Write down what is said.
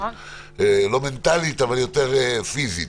לא מנטלית אלא יותר פיזית.